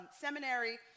seminary